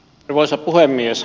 arvoisa puhemies